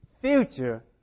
future